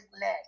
leg